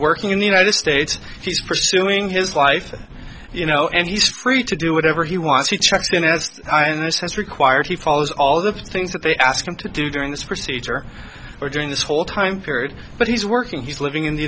working in the united states he's pursuing his life you know and he's free to do whatever he wants he checks in as i and this has required he follows all the things that they ask him to do during this procedure or during this whole time period but he's working he's living in the